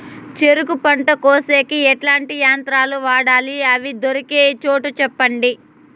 చెరుకు పంట కోసేకి ఎట్లాంటి యంత్రాలు వాడాలి? అవి దొరికే చోటు చెప్పండి?